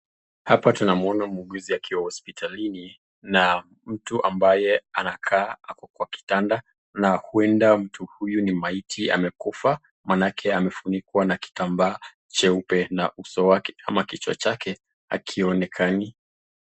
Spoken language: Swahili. Hapa tunamwona muuguzi akiwa hosiptalini na mtu ambaye anakaa ako kwa kitanda na huenda mtu huyu ni maiti amekufa maanake amefunikwa na kitambaa cheupe na uso wake ama kichwa chake hakionekani.